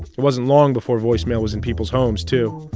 it wasn't long before voicemail was in people's homes too.